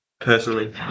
personally